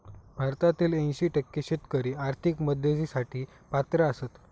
भारतातील ऐंशी टक्के शेतकरी आर्थिक मदतीसाठी पात्र आसत